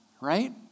right